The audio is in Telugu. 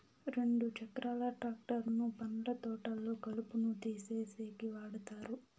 రెండు చక్రాల ట్రాక్టర్ ను పండ్ల తోటల్లో కలుపును తీసేసేకి వాడతారు